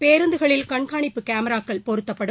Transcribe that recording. பேருந்துகளில் கண்காணிப்பு கேமராக்கள் பொருத்தப்படும்